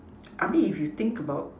I mean if you think about